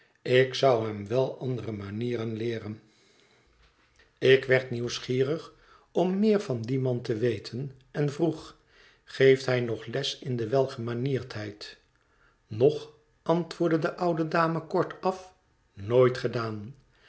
ik zou hem wel andere manieren leeren ik werd nieuwsgierig om meer van dien man te weten en vroeg geeft hij nog les in de welgemanierdheid nog antwoordde de oude dame kortaf nooit gedaan